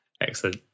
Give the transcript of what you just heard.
Excellent